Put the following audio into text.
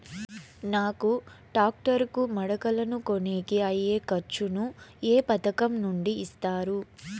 నాకు టాక్టర్ కు మడకలను కొనేకి అయ్యే ఖర్చు ను ఏ పథకం నుండి ఇస్తారు?